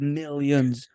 millions